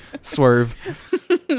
Swerve